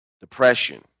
depression